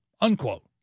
unquote